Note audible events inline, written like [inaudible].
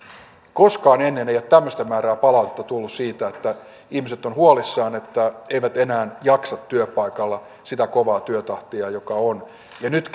koskaan ennen ei ole tämmöistä määrää palautetta tullut siitä että ihmiset ovat huolissaan että eivät enää jaksa työpaikalla sitä kovaa työtahtia joka on ja nyt [unintelligible]